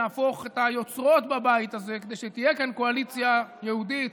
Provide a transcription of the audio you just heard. נהפוך את היוצרות בבית הזה כדי שתהיה כאן קואליציה יהודית,